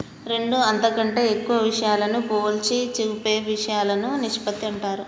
రెండు అంతకంటే ఎక్కువ విషయాలను పోల్చి చూపే ఇషయాలను నిష్పత్తి అంటారు